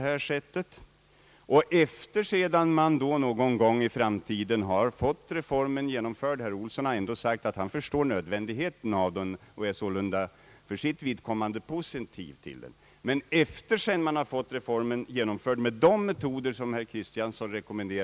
Herr Kristiansson rekommenderar vidare att sedan reformen genomförts någon gång i framtiden med de metoder som herr Kristiansson anser lämpligast, skall det göras en utredning om vad reformen kom att innebära för medborgarnas vidkommande.